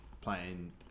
playing